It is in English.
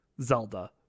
Zelda